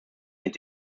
mit